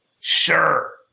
Sure